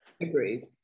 agreed